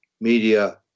media